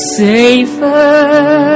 safer